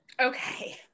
Okay